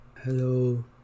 Hello